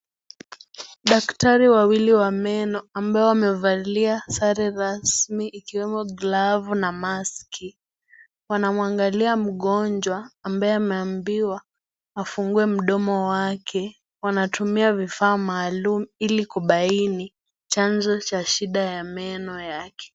Daktari wawili wa meno ambao wamevalia sare zao za rasmi ikiwemo glavu na maski wanamwangalia mgonjwa ambaye ameambiwa afungue mdomo wake wanatumia vifaa maalum ili kubaini chanzo cha shida ya meno yake .